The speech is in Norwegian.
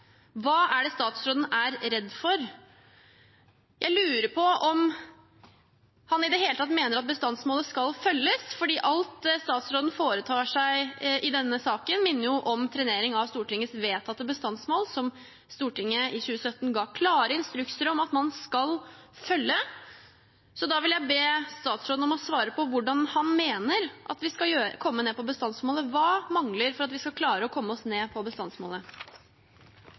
hva er det statsråden er redd for? Jeg lurer på om han i det hele tatt mener at bestandsmålet skal følges, for alt det statsråden foretar seg i denne saken, minner jo om trenering av Stortingets vedtatte bestandsmål, som Stortinget i 2017 ga klare instrukser om at man skal følge. Så da vil jeg be statsråden om å svare på hvordan han mener at vi skal komme ned på bestandsmålet. Hva mangler for at vi skal klare å komme oss ned på bestandsmålet?